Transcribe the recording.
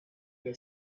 què